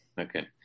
Okay